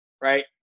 Right